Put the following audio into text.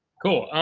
cool.